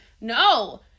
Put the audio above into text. No